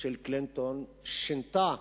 של קלינטון שינתה.